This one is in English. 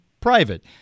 private